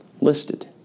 listed